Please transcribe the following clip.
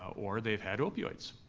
or they've had opioids.